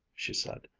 she said,